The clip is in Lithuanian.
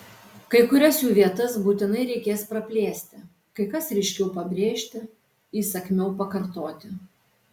kai kurias jų vietas būtinai reikės praplėsti kai kas ryškiau pabrėžti įsakmiau pakartoti